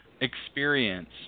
experience